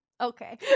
Okay